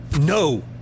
No